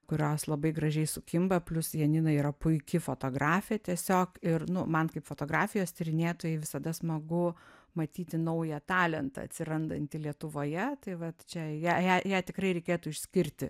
kurios labai gražiai sukimba plius janina yra puiki fotografė tiesiog ir nu man kaip fotografijos tyrinėtojai visada smagu matyti naują talentą atsirandantį lietuvoje tai vat čia ją ją ją tikrai reikėtų išskirti